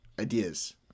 ideas